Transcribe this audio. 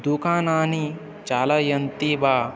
दूकानानि चालयन्ति वा